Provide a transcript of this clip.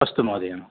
अस्तु महोदय